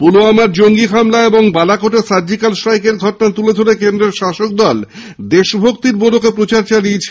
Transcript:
পুওয়ামার জঙ্গি আক্রমণ ও বালাকোটে সার্জিকাল স্ট্রাইকের ঘটনা তুলে ধরে কেন্দ্রের শাসকদল দেশ ভক্তির মোড়কে প্রচার চালিয়েছে